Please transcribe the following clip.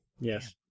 Yes